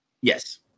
Yes